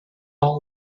all